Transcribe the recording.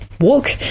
walk